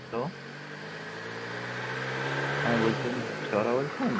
hello হ্যাঁ বলছি আপনি ফুচকাওয়ালা বলছেন